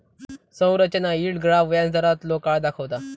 संरचना yield graph व्याजदारांतलो काळ दाखवता